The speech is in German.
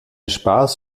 spaß